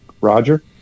Roger